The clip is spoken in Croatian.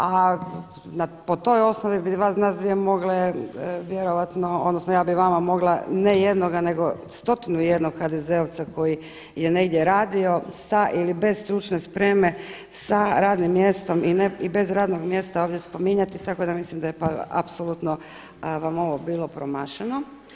A po toj osnovi bi nas dvije mogle vjerojatno odnosno ja bi vama mogla ne jednoga, nego stotinu i jednog HDZ-ovca koji je negdje radio sa ili bez stručne spreme sa radnim mjestom i bez radnog mjesta ovdje spominjati, tako da mislim da je apsolutno vam ovo bilo promašeno.